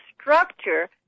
structure